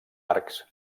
arcs